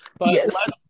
Yes